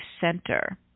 Center